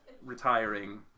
retiring